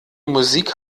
musik